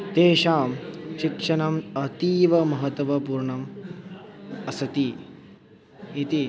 तेषां शिक्षणम् अतीवमहत्वपूर्णम् अस्ति इति